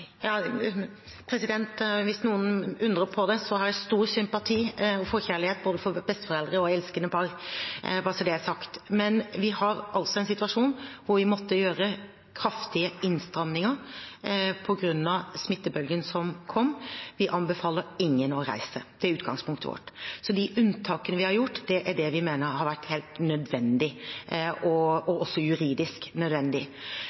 Hvis noen undrer på det, har jeg stor sympati og forkjærlighet for besteforeldre og elskende par – bare så det er sagt. Men vi har altså en situasjon hvor vi måtte gjøre kraftige innstramninger på grunn av smittebølgen som kom. Vi anbefaler ingen å reise. Det er utgangspunktet vårt. De unntakene vi har gjort, er de vi mener har vært helt